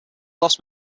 lost